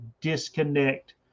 disconnect